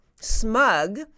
smug